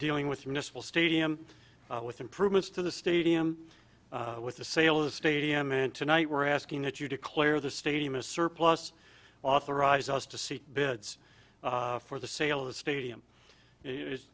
dealing with municipal stadium with improvements to the stadium with the sale of the stadium and tonight we're asking that you declare the stadium a surplus authorize us to see bids for the sale of the stadium